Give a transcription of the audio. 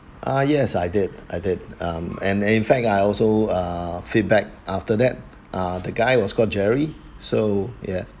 uh yes I did I did um and in fact I also uh feedback after that uh the guy was called jerry so ya